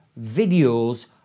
videos